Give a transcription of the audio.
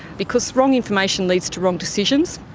because wrong information leads to wrong decisions.